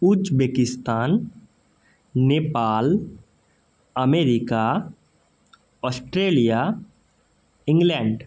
Uzbekistan Nepal America Australia England